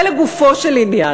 זה לגופו של עניין,